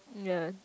ya